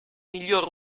miglior